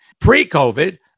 pre-COVID